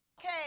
Okay